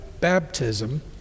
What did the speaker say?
baptism